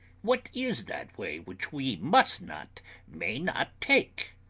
what is that way, which we must not may not take?